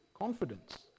confidence